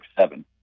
seven